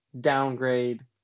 downgrade